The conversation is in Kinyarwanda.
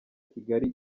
kigali